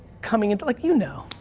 coming into, like, you know.